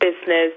business